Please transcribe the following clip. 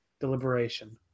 deliberation